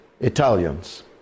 Italians